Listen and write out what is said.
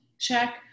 check